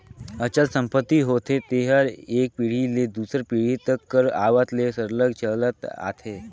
अचल संपत्ति होथे जेहर एक पीढ़ी ले दूसर पीढ़ी तक कर आवत ले सरलग चलते आथे